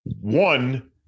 one